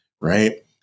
right